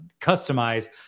customize